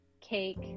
cake